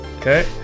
Okay